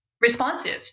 responsive